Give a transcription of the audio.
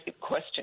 question